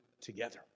together